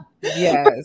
Yes